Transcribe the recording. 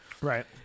Right